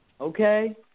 okay